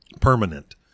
Permanent